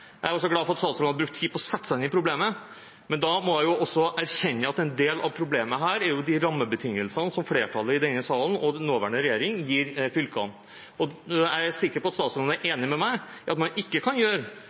Jeg er også glad for at statsråden har brukt tid til å sette seg inn i problemet, men da må hun også erkjenne at en del av problemet her er de rammebetingelsene som flertallet i denne salen og den nåværende regjering gir fylkene. Jeg er sikker på at statsråden er enig med meg i at man ikke kan gjøre